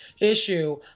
issue